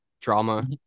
drama